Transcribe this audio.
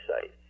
site